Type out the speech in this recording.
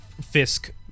Fisk